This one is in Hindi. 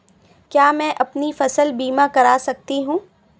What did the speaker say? क्या मैं अपनी फसल बीमा करा सकती हूँ?